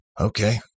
Okay